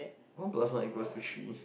want to ask why you go to trip